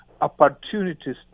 opportunities